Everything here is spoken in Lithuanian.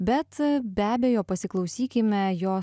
bet be abejo pasiklausykime jo